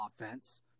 offense